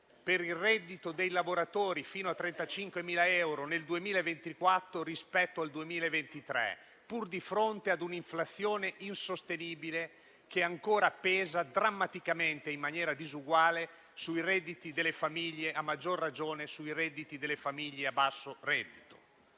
per i redditi dei lavoratori fino a 35.000 euro nel 2024 rispetto al 2023, pur di fronte a un'inflazione insostenibile che ancora pesa drammaticamente in maniera disuguale sui redditi delle famiglie, a maggior ragione su quelli più bassi.